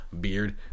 beard